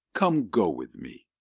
come go with me,